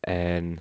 and